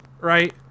right